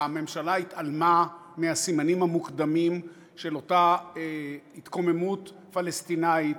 הממשלה התעלמה מהסימנים המוקדמים של אותה התקוממות פלסטינית,